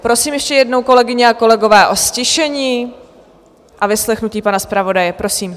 Prosím ještě jednou, kolegyně a kolegové, o ztišení a vyslechnutí pana zpravodaje, prosím.